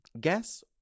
guess